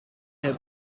heb